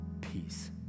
Peace